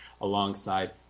alongside